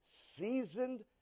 seasoned